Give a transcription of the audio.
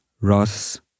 Ross